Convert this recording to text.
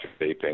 vaping